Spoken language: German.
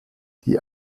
die